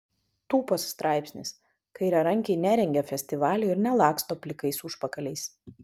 tūpas straipsnis kairiarankiai nerengia festivalių ir nelaksto plikais užpakaliais